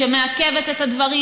מעכבת את הדברים,